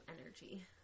energy